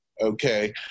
Okay